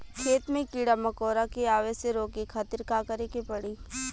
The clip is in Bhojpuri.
खेत मे कीड़ा मकोरा के आवे से रोके खातिर का करे के पड़ी?